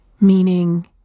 Meaning